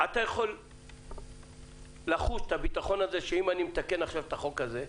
אתה יכול לחוש בביטחון שאם אתקן את החוק הזה עכשיו,